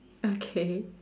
okay